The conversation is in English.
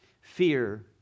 Fear